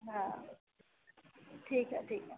हाँ ठीक है ठीक है